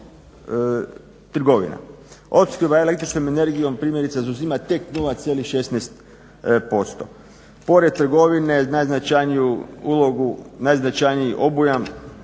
Opskrba električnom energijom primjerice zauzima tek 0,16%. Pored trgovine najznačajniji obujam